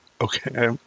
Okay